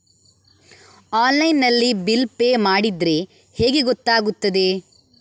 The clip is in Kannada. ಆನ್ಲೈನ್ ನಲ್ಲಿ ಬಿಲ್ ಪೇ ಮಾಡಿದ್ರೆ ಹೇಗೆ ಗೊತ್ತಾಗುತ್ತದೆ?